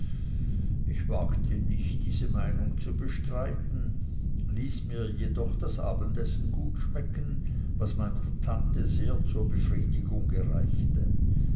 ich wagte nicht diese meinung zu bestreiten ließ mir jedoch das abendessen gut schmecken was meiner tante sehr zur befriedigung gereichte